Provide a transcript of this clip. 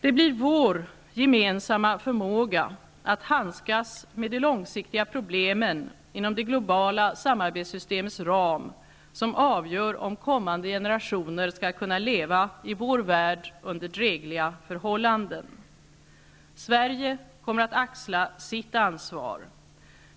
Det blir vår gemensamma förmåga att handskas med de långsiktiga problemen inom det globala samarbetssystemets ram som avgör om kommande generationer skall kunna leva i vår värld under drägliga förhållanden. Sverige kommer att axla sitt ansvar.